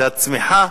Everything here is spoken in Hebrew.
שהצמיחה